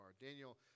Daniel